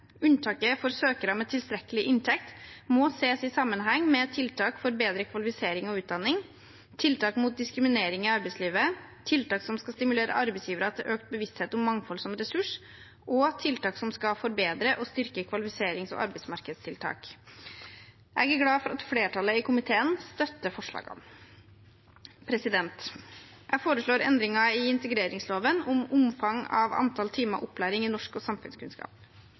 Unntaket for søkere med tilstrekkelig inntekt må ses i sammenheng med tiltak for bedre kvalifisering og utdanning, tiltak mot diskriminering i arbeidslivet, tiltak som skal stimulere arbeidsgivere til økt bevissthet om mangfold som ressurs, og tiltak som skal forbedre og styrke kvalifiserings- og arbeidsmarkedstiltak. Jeg er glad for at flertallet i komiteen støtter forslagene. Jeg foreslår endringer i integreringsloven om omfang av antall timer opplæring i norsk og samfunnskunnskap.